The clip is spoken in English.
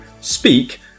speak